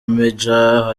major